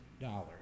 dollars